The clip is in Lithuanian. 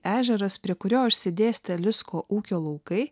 ežeras prie kurio išsidėstę lisko ūkio laukai